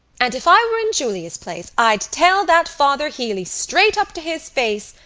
and if i were in julia's place i'd tell that father healey straight up to his face.